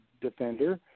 defender